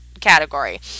category